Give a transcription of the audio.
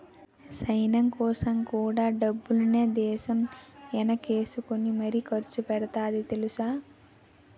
సైన్యంకోసం కూడా డబ్బుల్ని దేశమే ఎనకేసుకుని మరీ ఖర్చుపెడతాంది తెలుసా?